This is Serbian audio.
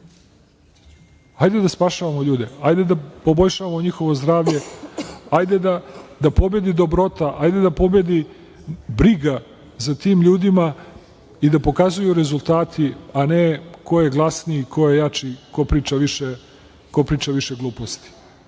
Hajde da spašavamo ljude. Hajde da poboljšamo njihovo zdravlje. Hajde da pobedi dobrota. Hajde da pobedi briga za tim ljudima i da pokazuju rezultati, a ne ko je glasniji, ko je jači, ko priča više gluposti. Jedino